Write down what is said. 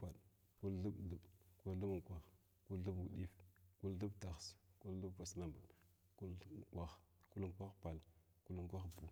Kul thib thib, kul thib uɗif kul thib tahs, kul thib vaslambath, kul unkwah kul unkwah pal, kul unkwah bu,